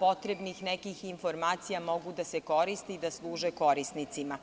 potrebnih nekih informacija mogu da se koriste i da služe korisnicima.